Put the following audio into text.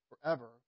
forever